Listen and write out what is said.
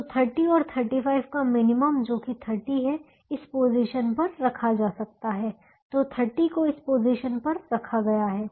तो 30 और 35 का मिनिमम जो कि 30 है इस पोजीशन पर रखा जा सकता है तो 30 को इस पोजीशन पर रखा गया है